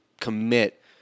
commit